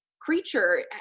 creature